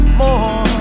more